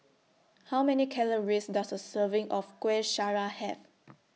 How Many Calories Does A Serving of Kueh Syara Have